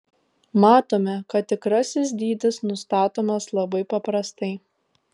matome kad tikrasis dydis nustatomas labai paprastai